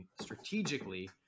strategically